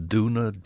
Duna